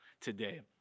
today